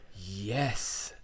yes